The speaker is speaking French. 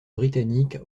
britannique